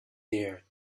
there